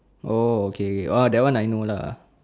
oh okay okay uh that one I know lah